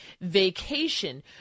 vacation